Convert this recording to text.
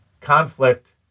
conflict